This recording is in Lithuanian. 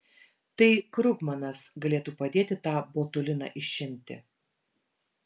tai krugmanas galėtų padėti tą botuliną išimti